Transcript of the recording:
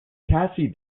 cassie